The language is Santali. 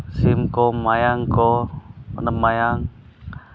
ᱥᱤᱢ ᱠᱚ ᱢᱟᱭᱟᱢ ᱠᱚ ᱚᱱᱟ ᱢᱟᱭᱟᱢ